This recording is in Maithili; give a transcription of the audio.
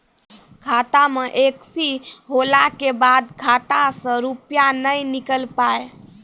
खाता मे एकशी होला के बाद खाता से रुपिया ने निकल पाए?